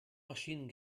maschinen